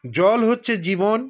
জল হচ্ছে জীবন